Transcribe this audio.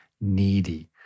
needy